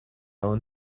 own